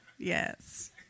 yes